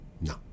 no